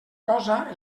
cosa